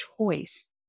choice